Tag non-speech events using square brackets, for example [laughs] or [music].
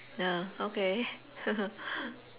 okay [laughs]